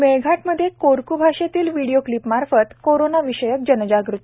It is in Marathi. मेळघाटमध्ये कोकरू भाषेतील विडिओ क्लिप मार्फत कोरोना विषयक जनजागृती